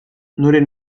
noren